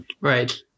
Right